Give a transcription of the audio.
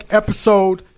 episode